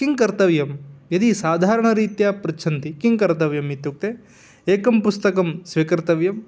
किं कर्तव्यं यदि साधारणरीत्या पृच्छन्ति किं कर्तव्यमित्युक्ते एकं पुस्तकं स्वीकर्तव्यं